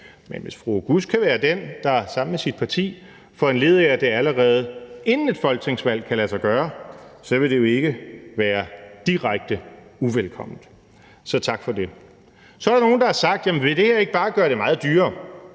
Og hvis fru Halime Oguz kan være den, der sammen med sit parti foranlediger, at det allerede inden et folketingsvalg kan lade sig gøre, så vil det jo ikke være direkte uvelkomment. Så tak for det. Så er der nogle, der har sagt: Jamen vil det her ikke bare gøre det meget dyrere?